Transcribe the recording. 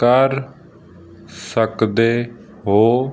ਕਰ ਸਕਦੇ ਹੋ